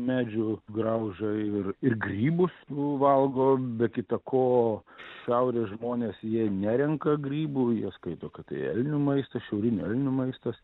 medžių grauža ir ir grybus valgo be kita ko šiaurės žmonės jie nerenka grybų jie skaito kad tai elnių maistas šiaurinių elnių maistas